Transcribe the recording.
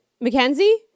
Mackenzie